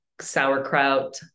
sauerkraut